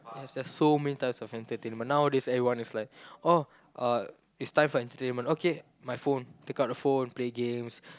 there's so many types of entertainment nowadays everyone is like oh uh it's time for entertainment okay my phone take out the phone play games